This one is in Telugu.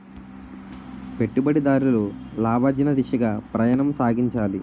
పెట్టుబడిదారులు లాభార్జన దిశగా ప్రయాణం సాగించాలి